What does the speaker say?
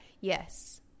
Yes